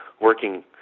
working